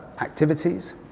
activities